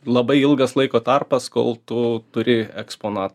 labai ilgas laiko tarpas kol tu turi eksponatą